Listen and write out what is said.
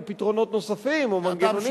על פתרונות נוספים או מנגנונים נוספים.